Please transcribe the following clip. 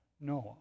Noah